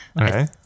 okay